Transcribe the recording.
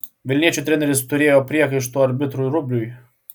vilniečių treneris turėjo priekaištų arbitrui rubiui